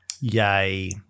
Yay